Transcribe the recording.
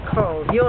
cold